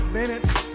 minutes